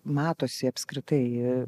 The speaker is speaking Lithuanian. matosi apskritai